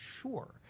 sure